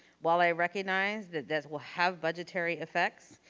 while i recognize that this will have budgetary effects,